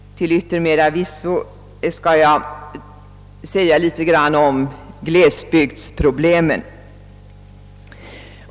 Till yttermera visso skall jag tala om glesbygdsproblemen.